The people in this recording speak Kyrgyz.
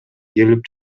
келип